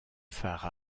phare